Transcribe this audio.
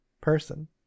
person